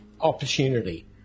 opportunity